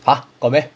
!huh! got meh